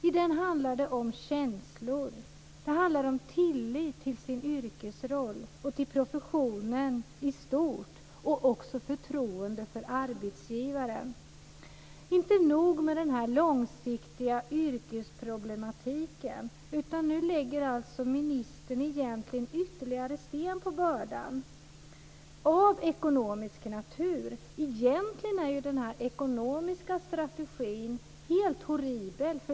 Här handlar det om känslor, om tillit till sin yrkesroll och till professionen i stort samt om förtroende för arbetsgivaren. Inte nog med den långsiktiga yrkesproblematiken, utan nu lägger ministern ytterligare sten på bördan av ekonomisk natur. Den ekonomiska strategin är egentligen helt horriblel.